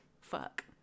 fuck